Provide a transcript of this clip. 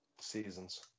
Seasons